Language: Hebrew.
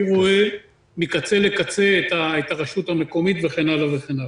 מי רואה מקצה לקצה את הרשות המקומית וכן הלאה.